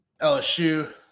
LSU